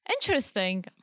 Interesting